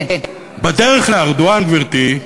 בדרך לארדואן, גברתי,